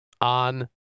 on